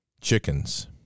chickens